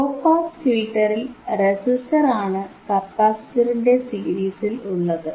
law pass ഫിൽറ്ററിൽ resistor ആണ് കപ്പാസിറ്ററിന്റെ സീരീസിൽ ഉള്ളത്